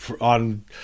on